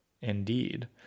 Indeed